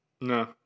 No